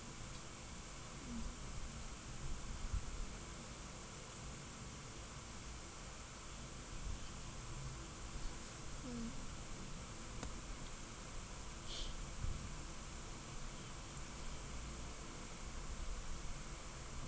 mmhmm mm